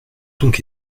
donc